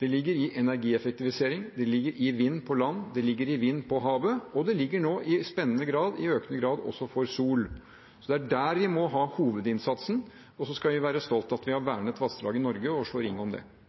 Det ligger i energieffektivisering, det ligger i vind på land, det ligger i vind på havet, og det ligger nå – og det er spennende – i økende grad også for sol. Det er der vi må ha hovedinnsatsen, og så skal vi være stolte av at vi har vernet vassdrag i Norge, og slå ring om det.